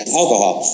alcohol